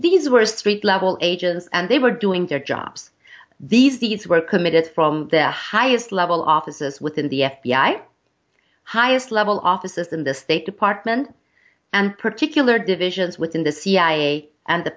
these were street level agents and they were doing their jobs these these were committed from the highest level offices within the f b i highest level offices in the state department and particular divisions within the cia and the